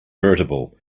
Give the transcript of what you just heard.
irritable